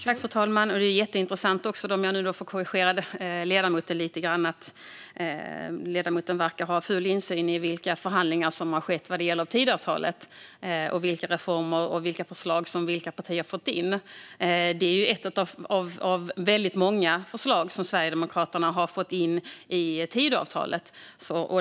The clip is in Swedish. Fru talman! Det är jätteintressant att ledamoten verkar ha full insyn i vilka förhandlingar som har skett vad gäller Tidöavtalet och vilka reformer och förslag som olika partier har fått in. Det här är ett av väldigt många förslag som Sverigedemokraterna har fått in i Tidöavtalet.